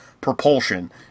propulsion